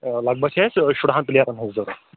آ لگ بگ چھِ اَسہِ شُرہن پٕلیرن ہُنٛد ضوٚرَتھ